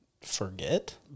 forget